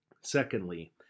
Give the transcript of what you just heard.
Secondly